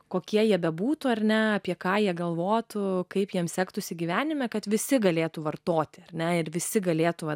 kokie jie bebūtų ar ne apie ką jie galvotų kaip jiems sektųsi gyvenime kad visi galėtų vartoti ar ne ir visi galėtų